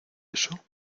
eso